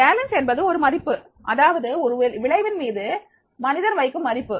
valence என்பது ஒரு மதிப்பு அதாவது ஒரு விளைவின் மீது மனிதன் வைக்கும் மதிப்பு